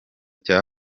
cya